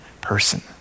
person